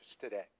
today